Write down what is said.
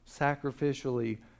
sacrificially